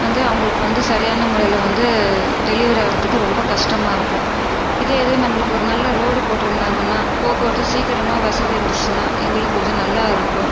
வந்து அவங்களுக்கு வந்து சரியான முறையில் வந்து டெலிவரி ஆகுறதுக்கு ரொம்ப கஷ்டமாக இருக்கும் இதே இது நம்மளுக்கு ஒரு நல்ல ரோடு போட்டு இருந்தாங்கன்னால் போக்குவரத்து சீக்கிரமாக வசதி இருந்துச்சின்னால் எங்களுக்கு கொஞ்சம் நல்லா இருக்கும்